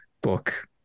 book